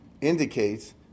indicates